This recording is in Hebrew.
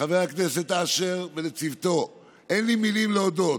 לחבר הכנסת אשר ולצוותו, אין לי מילים להודות.